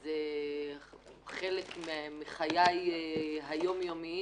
זה חלק מחיי היום-יומיים.